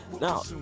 Now